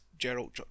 Gerald